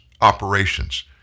operations